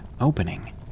opening